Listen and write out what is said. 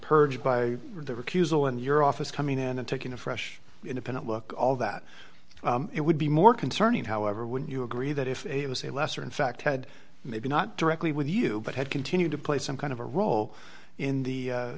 purged by the recusal in your office coming in and taking a fresh independent look at all that it would be more concerning however would you agree that if it was a lesser in fact had maybe not directly with you but had continued to play some kind of a role in the a